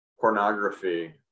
pornography